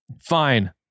Fine